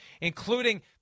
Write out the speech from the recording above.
including